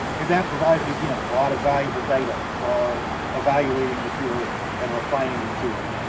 and that provided, again, a lot of valuable data for our evaluating the tour and refining the tour.